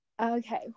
Okay